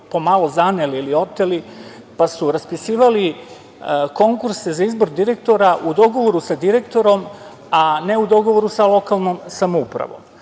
po malo zaneli pa su raspisivali konkurse za izbor direktora u dogovoru sa direktorom, a ne u dogovoru sa lokalnom samoupravom.